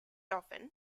often